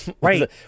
right